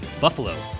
Buffalo